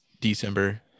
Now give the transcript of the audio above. December